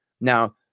Now